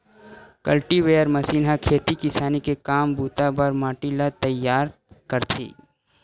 cultivator machine ह खेती किसानी के काम बूता बर माटी ल तइयार करथे